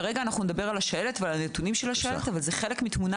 כרגע נדבר על השעלת ועל נתוני השעלת אבל מדובר בחלק מתמונה